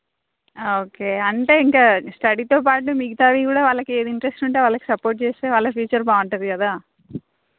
okay అంటే ఇంకా స్టడీతో పాటు మిగతావి కూడా వాళ్ళకి ఏది ఇంటరెస్ట్ ఉంటే వాళ్ళకు సపోర్ట్ చేస్తే వాళ్ళ ఫ్యూచర్ బాగుంటుంది కదా